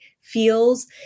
feels